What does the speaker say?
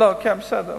בסדר.